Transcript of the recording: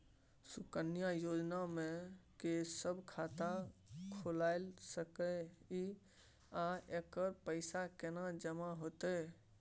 सुकन्या योजना म के सब खाता खोइल सके इ आ एकर पैसा केना जमा होतै?